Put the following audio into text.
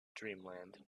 dreamland